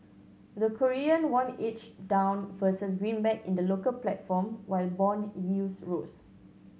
the Korean won edged down versus greenback in the local platform while bond yields rose